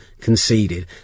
conceded